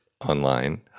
online